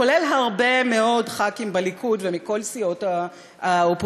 כולל הרבה מאוד חברי כנסת מהליכוד ומכל סיעות האופוזיציה,